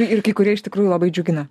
ir kai kurie iš tikrųjų labai džiugina